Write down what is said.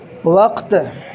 وقت